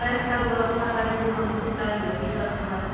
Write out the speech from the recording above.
case की व्यवस्था करेंगे तो हम को टाइम लगेगा थोड़ा